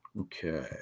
Okay